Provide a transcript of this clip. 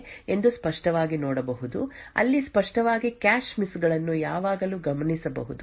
ಆದ್ದರಿಂದ ನಾವು ನಿಜವಾಗಿಯೂ ಸ್ಪಷ್ಟವಾಗಿ ಕೆಲವು ಕ್ಯಾಷ್ ಸೆಟ್ ಗಳಿವೆ ಎಂದು ಸ್ಪಷ್ಟವಾಗಿ ನೋಡಬಹುದು ಅಲ್ಲಿ ಸ್ಪಷ್ಟವಾಗಿ ಕ್ಯಾಶ್ ಮಿಸ್ ಗಳನ್ನು ಯಾವಾಗಲೂ ಗಮನಿಸಬಹುದು